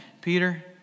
Peter